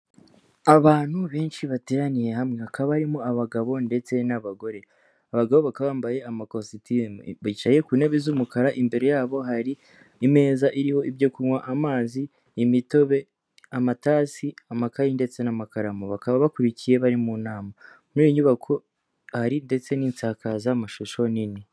Abantu benshi bateraniye hamwe, hakaba harimo abagabo ndetse n'abagore, abagabo bakaba bambaye amakositimu, bicaye ku ntebe z'umukara imbere yabo hari imeza iriho ibyo kunywa, amazi, imitobe, amatasi, amakaye ndetse n'amakaramu, bakaba bakurikiye bari mu nama, muri iyo nyubako hari ndetse n'insakazamashusho nini.